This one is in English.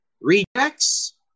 rejects